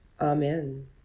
Amen